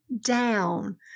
down